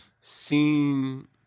seen